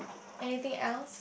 anything else